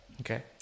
Okay